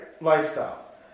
lifestyle